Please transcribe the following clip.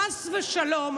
חס ושלום,